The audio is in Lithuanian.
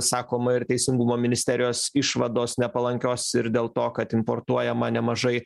sakoma ir teisingumo ministerijos išvados nepalankios ir dėl to kad importuojama nemažai